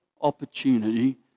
opportunity